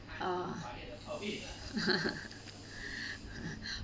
oh